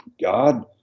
God